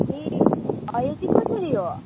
ए हो यो चाहिँ कसरी हो